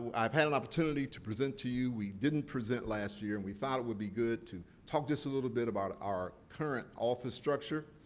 i've had an opportunity to present to you. we didn't present last year. and, we thought it would be good talk, just a little bit, about our current office structure.